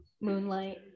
moonlight